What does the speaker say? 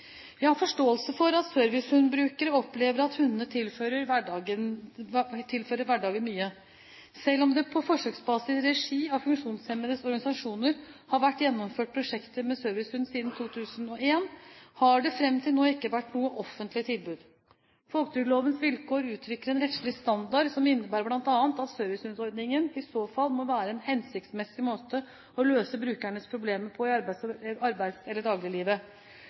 Jeg har forståelse for at servicehundbrukere opplever at hundene tilfører hverdagen mye. Selv om det på forsøksbasis i regi av funksjonshemmedes organisasjoner har vært gjennomført prosjekter med servicehund siden 2001, har det fram til nå ikke vært noe offentlig tilbud. Folketrygdlovens vilkår uttrykker en rettslig standard som innebærer bl.a. at servicehundordningen i så fall må være en hensiktsmessig måte å løse brukernes problemer på i arbeids- eller dagliglivet.